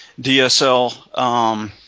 DSL –